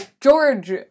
George